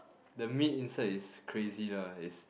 the meat inside is crazy lah it's